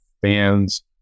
fans